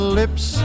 lips